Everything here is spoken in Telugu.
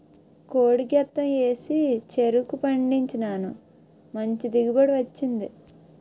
కోడి గెత్తెం ఏసి చెరుకు పండించినాను మంచి దిగుబడి వచ్చింది